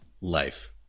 life